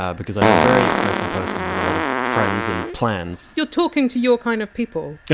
ah because i'm a very exciting person with a lot of friends and plans you're talking to your kind of people.